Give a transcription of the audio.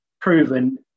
proven